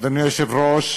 אדוני היושב-ראש,